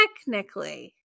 technically